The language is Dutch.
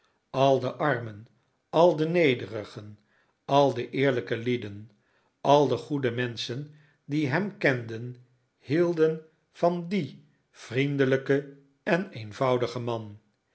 al de armen al de nederigen al de eerlijke lieden al de goede menschen die hem kenden hielden van dien vriendelijken en eenvoudigen man